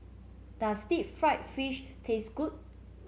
does Deep Fried Fish taste good